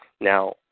now